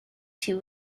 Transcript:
two